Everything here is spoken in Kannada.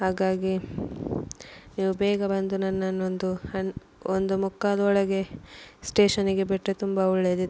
ಹಾಗಾಗಿ ನೀವು ಬೇಗ ಬಂದು ನನ್ನನ್ನೊಂದು ಹನ್ ಒಂದು ಮುಕ್ಕಾಲು ಒಳಗೆ ಸ್ಟೇಷನ್ನಿಗೆ ಬಿಟ್ಟರೆ ತುಂಬ ಒಳ್ಳೆಯದಿತ್ತು